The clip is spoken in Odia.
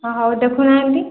ହଁ ହଉ ଦେଖୁନାହାଁନ୍ତି